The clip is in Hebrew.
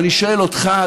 ואני שואל אותך,